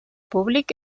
públic